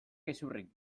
gezurrik